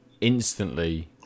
instantly